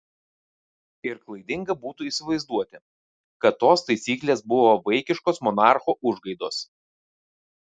ir klaidinga būtų įsivaizduoti kad tos taisyklės buvo vaikiškos monarcho užgaidos